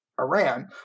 Iran